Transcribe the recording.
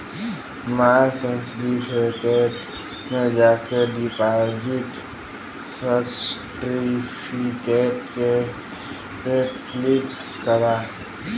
माय certificate में जाके deposit certificate पे क्लिक करा